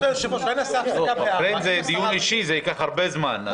זה דיון אישי וזה ייקח הרבה זמן.